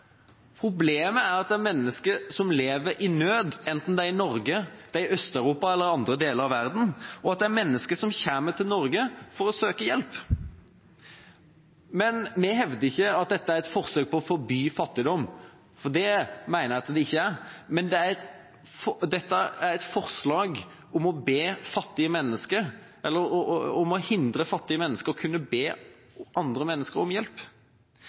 Problemet er at dette er fattige mennesker, mennesker som lever i nød – enten det er i Norge, i Øst-Europa eller i andre deler av verden – og som kommer til Norge for å søke hjelp. Vi hevder ikke at dette forslaget er et forsøk på å forby fattigdom – det mener jeg det ikke er – men det er et forslag som går ut på å hindre fattige mennesker i å kunne be andre mennesker om hjelp.